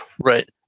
right